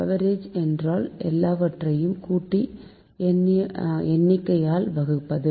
average என்றால் எல்லாவற்றையும் கூட்டி எண்ணிக்கையால் வகுப்பது